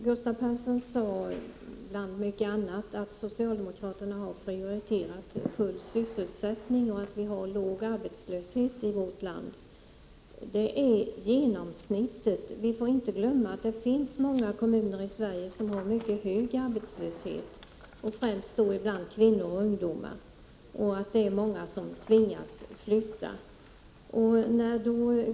Herr talman! Gustav Persson sade att socialdemokraterna har prioriterat full sysselsättning och att vi har låg arbetslöshet i vårt land. Men det är fråga om genomsnittet. Vi får inte glömma att det finns många kommuner som har stor arbetslöshet främst bland kvinnor och ungdomar. Många tvingas då att flytta.